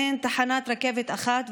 אין תחנת רכבת אחת,